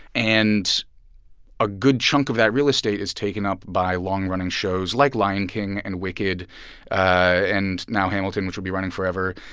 and a good chunk of that real estate is taken up by long-running shows like lion king and wicked and now hamilton, which will be running forever.